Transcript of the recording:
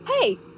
hey